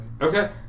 Okay